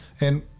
And-